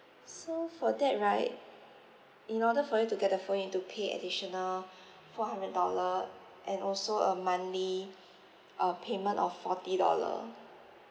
so for that right in order for you to get the phone you need to pay additional four hundred dollar and also a monthly uh payment of forty dollar